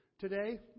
today